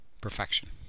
Perfection